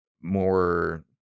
more